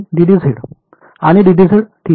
आणि ठीक आहे